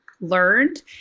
learned